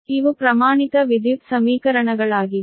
ಇವು ಪ್ರಮಾಣಿತ ವಿದ್ಯುತ್ ಸಮೀಕರಣಗಳಾಗಿವೆ